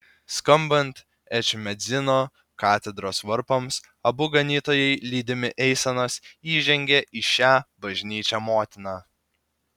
skambant ečmiadzino katedros varpams abu ganytojai lydimi eisenos įžengė į šią bažnyčią motiną